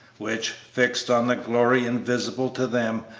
which, fixed on the glory invisible to them,